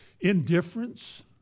indifference